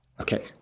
okay